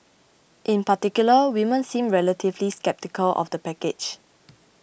in particular women seemed relatively sceptical of the package